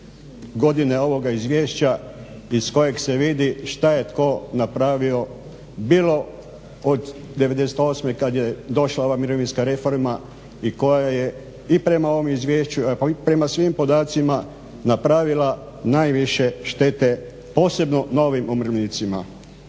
godine ovoga izvješća iz kojeg se vidi šta je tko napravio bilo od '98.kada je došla ova mirovinska reforma i koja je i prema ovom izvješću i prema svim podacima napravila najviše štete posebno novim umirovljenicima.